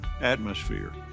atmosphere